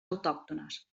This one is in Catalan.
autòctones